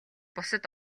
бусад